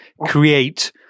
create